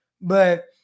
But-